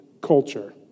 culture